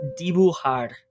dibujar